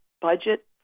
Budget